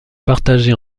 partagées